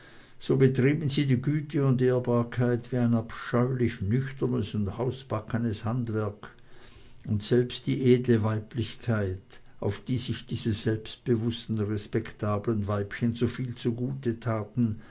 so betrieben sie die güte und ehrbarkeit wie ein abscheulich nüchternes und hausbackenes handwerk und selbst die edle weiblichkeit auf die sich diese selbstbewußten respektablen weibchen soviel zu gut taten